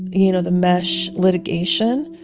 you know, the mesh litigation?